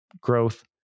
Growth